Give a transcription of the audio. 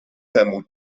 temu